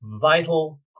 vital